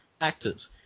Actors